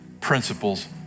principles